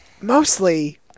mostly